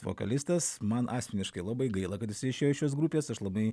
vokalistas man asmeniškai labai gaila kad jisai išėjo iš šios grupės aš labai